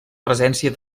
presència